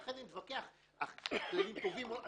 אחרי זה נתווכח אם הכללים טובים או לא.